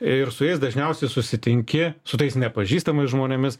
ir su jais dažniausiai susitinki su tais nepažįstamais žmonėmis